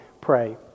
Pray